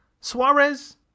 Suarez